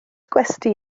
gwesty